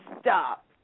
stop